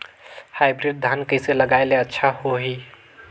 Hybrid धान कइसे लगाय ले अच्छा होही?